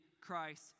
Christ